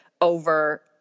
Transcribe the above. over